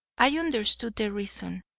i understood the reason.